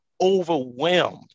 overwhelmed